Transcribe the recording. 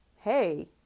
hey